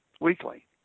weekly